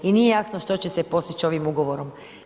I nije jasno što će se postići ovim ugovorom.